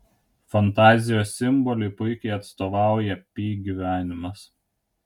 fantazijos simboliui puikiai atstovauja pi gyvenimas